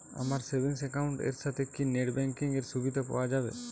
আমার savings account এর সাথে কি নেটব্যাঙ্কিং এর সুবিধা পাওয়া যাবে?